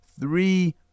three